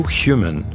human